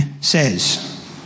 says